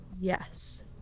Yes